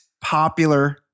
popular